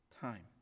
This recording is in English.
time